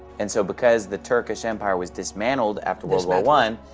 and so because the turkish empire was dismantled after world war one,